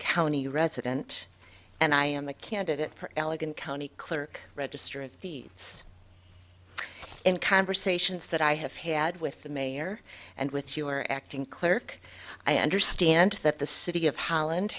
county resident and i am a candidate for elegant county clerk register of deeds and conversations that i have had with the mayor and with you're acting clerk i understand that the city of holland